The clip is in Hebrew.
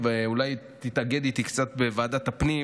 ואולי תתאגד איתי קצת בוועדת הפנים,